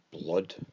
blood